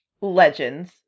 Legends